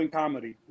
comedy